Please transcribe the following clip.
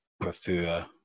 prefer